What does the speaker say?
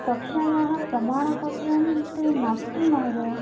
कक्षायाः प्रमाणपत्रं तु नास्ति महोदय